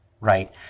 right